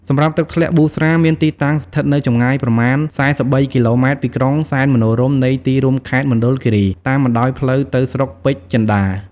សម្រាប់ទឹកធ្លាក់ប៊ូស្រាមានទីតាំងស្ថិតនៅចម្ងាយប្រមាណ ៤៣គីឡូម៉ែត្រពីក្រុងសែនមនោរម្យនៃទីរួមខេត្តមណ្ឌលគិរី តាមបណ្តោយផ្លូវទៅស្រុកពេជ្រចិន្តា។